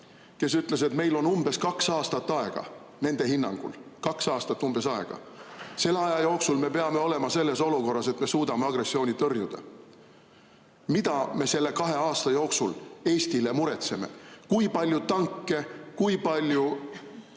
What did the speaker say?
kes ütles, et meil on umbes kaks aastat aega, nende hinnangul on umbes kaks aastat aega. Selle aja jooksul me peame olema selles olukorras, et me suudame agressiooni tõrjuda. Mida me selle kahe aasta jooksul Eestile muretseme? Kui palju tanke, kui palju